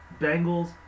Bengals